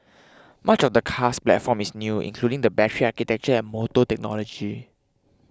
much of the car's platform is new including the battery architecture and motor technology